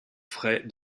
frais